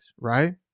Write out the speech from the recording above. right